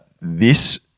this-